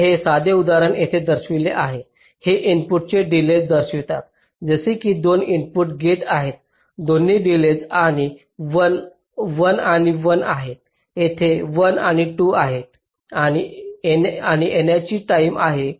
तर हे साधे उदाहरण येथे दर्शविले गेले आहे हे इनपुटचे डिलेज दर्शवितात जसे की 2 इनपुट गेट्स आहेत दोन्ही डिलेज 1 आणि 1 आहेत येथे ते 1 आणि 2 आहेत आणि येण्याची टाईम आहे